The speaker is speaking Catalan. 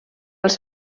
els